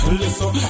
listen